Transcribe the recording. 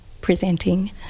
presenting